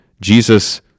Jesus